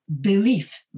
belief